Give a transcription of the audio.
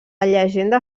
llegenda